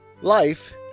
Life